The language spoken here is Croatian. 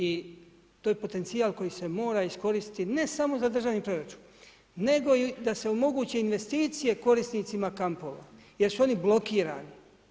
I to je potencijal koji se mora iskoristiti ne samo za državni proračun nego i da se omoguće investicije korisnicima kampova jer su oni blokirani.